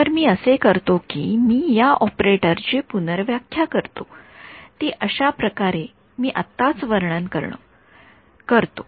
तर मी असे करतो की मी या ऑपरेटर ची पुनर्व्याख्या करतो ती अशा प्रकारे मी आत्ताच वर्णन करतो